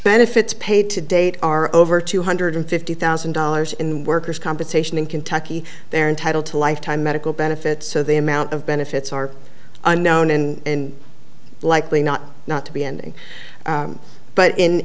benefits paid to date are over two hundred fifty thousand dollars in worker's compensation in kentucky they're entitled to lifetime medical benefits so the amount of benefits are unknown in likely not not to be ending but in